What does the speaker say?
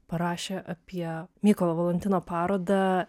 parašė apie mykolo valantino parodą